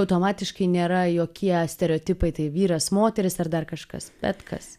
automatiškai nėra jokie stereotipai tai vyras moteris ar dar kažkas bet kas